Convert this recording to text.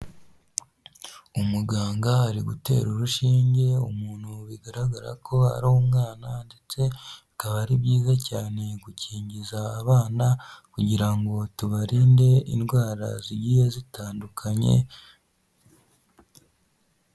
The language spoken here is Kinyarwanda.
Umuganga ari gutera urushinge umuntu bigaragara ko ari umwana ndetse bikaba ari byiza cyane gukingiza abana kugira ngo tubarinde indwara zigiye zitandukanye.